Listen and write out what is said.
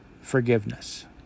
forgiveness